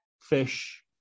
fish